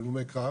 הלומי קרב